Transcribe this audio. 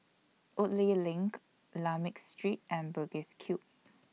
Woodleigh LINK Lakme Street and Bugis Cube